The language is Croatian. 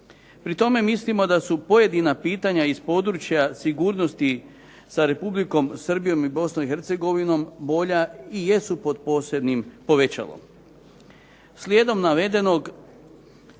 Pri tome mislimo da su pojedina pitanja iz područja sigurnosti sa Republikom Srbijom i Bosnom i Hercegovinom bolja i jesu pod posebnim povećalom. Slijedom navedenog